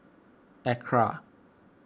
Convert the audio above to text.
Acra